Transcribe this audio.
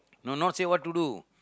no not say what to do